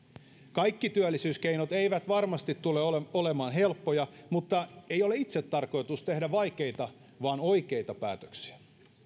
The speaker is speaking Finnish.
kaikki työllisyyskeinot eivät varmasti tule olemaan helppoja mutta ei ole itsetarkoitus tehdä vaikeita vaan oikeita päätöksiä